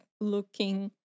looking